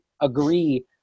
agree